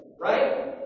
right